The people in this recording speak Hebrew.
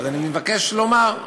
אז אני מבקש לומר.